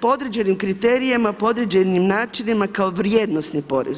po određenim kriterijima, po određenim načinima kao vrijednosni porez.